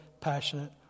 passionate